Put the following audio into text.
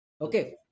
Okay